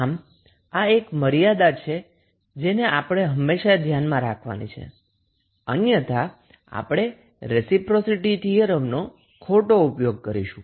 આમ આ એક મર્યાદા છે કે જેને આપણે હંમેશા ધ્યાનમાં રાખવાની છે અન્યથા આપણે રેસિપ્રોસિટી થીયરમનો ખોટો ઉપયોગ કરીશું